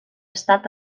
estat